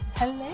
Hello